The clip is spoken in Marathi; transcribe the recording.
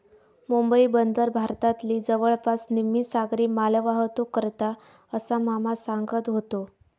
मुंबई बंदर भारतातली जवळपास निम्मी सागरी मालवाहतूक करता, असा मामा सांगत व्हतो